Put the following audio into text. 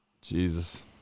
Jesus